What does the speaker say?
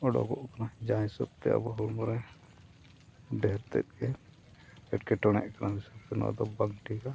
ᱚᱰᱳᱠᱚᱜ ᱠᱟᱱᱟ ᱡᱟᱦᱟᱸ ᱦᱤᱥᱟᱹᱵᱽᱛᱮ ᱟᱵᱚ ᱦᱚᱲᱢᱚᱨᱮ ᱰᱷᱮᱨ ᱛᱮᱫ ᱜᱮ ᱮᱴᱠᱮᱴᱚᱬᱮ ᱠᱟᱱᱟ ᱦᱤᱥᱟᱹᱵ ᱛᱮ ᱱᱚᱣᱟ ᱫᱚ ᱵᱟᱝ ᱴᱷᱤᱠᱟ